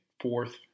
fourth